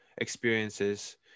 experiences